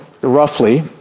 roughly